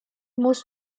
most